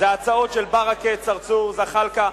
הצעות של ברכה, צרצור, זחאלקה.